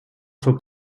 zog